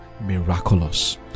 miraculous